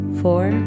four